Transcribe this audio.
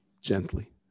gently